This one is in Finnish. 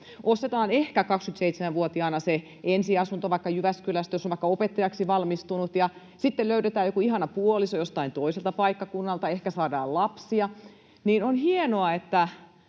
Ostetaan ehkä 27-vuotiaana se ensiasunto vaikka Jyväskylästä, jos on vaikka opettajaksi valmistunut, ja sitten löydetään joku ihana puoliso joltain toiselta paikkakunnalta, ehkä saadaan lapsia. On hienoa, että